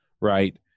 right